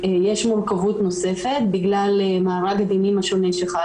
יש מורכבות נוספת בגלל מארג הדינים השונה שחל.